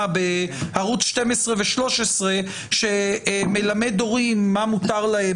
בערוץ 12 ו-13 שמלמד הורים מה מותר להם,